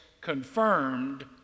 confirmed